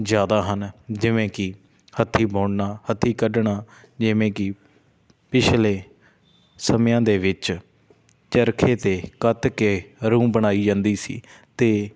ਜ਼ਿਆਦਾ ਹਨ ਜਿਵੇਂ ਕਿ ਹੱਥੀਂ ਬੁਣਨਾ ਹੱਥੀਂ ਕੱਢਣਾ ਜਿਵੇਂ ਕਿ ਪਿਛਲੇ ਸਮਿਆਂ ਦੇ ਵਿੱਚ ਚਰਖੇ 'ਤੇ ਕੱਤ ਕੇ ਰੂੰ ਬਣਾਈ ਜਾਂਦੀ ਸੀ ਅਤੇ